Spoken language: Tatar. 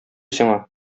сиңа